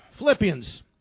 Philippians